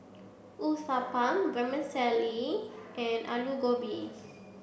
Uthapam Vermicelli and Alu Gobi